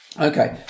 Okay